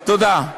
תודה.